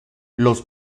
los